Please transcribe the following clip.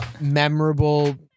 memorable